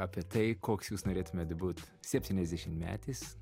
apie tai koks jūs norėtumėt būt septyniasdešimtmetis